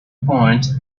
point